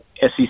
SEC